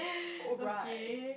oh right